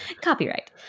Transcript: Copyright